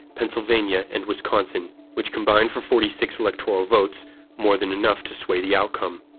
pennsylvania, and wisconsin, which combine for forty six electoral votes more than enough to sway the outcome.